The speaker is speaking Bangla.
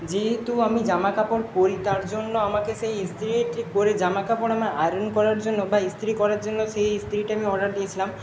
যেহেতু আমি জামা কাপড় পরি তার জন্য আমাকে সেই ইস্তিরিটি করে জামা কাপড় আমার আয়রন করার জন্য বা ইস্তিরি করার জন্য সেই ইস্তিরিটা আমি অর্ডার দিয়েছিলাম